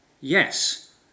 Yes